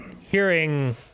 hearing